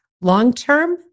Long-term